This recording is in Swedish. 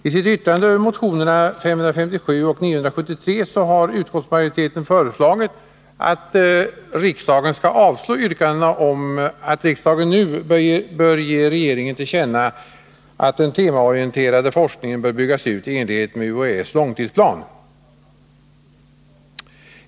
I sitt yttrande över motionerna 557 och 973 har utskottsmajoriteten föreslagit att riksdagen skall avslå yrkandena om att riksdagen nu skall ge regeringen till känna att den temaorienterade forskningen bör byggas ut i enlighet med UHÄ:s långtidsplan.